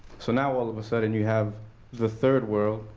so now all of a sudden you have the third world,